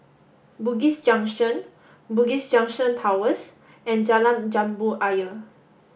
Bugis Junction Bugis Junction Towers and Jalan Jambu Ayer